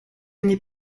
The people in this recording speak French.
n’est